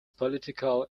political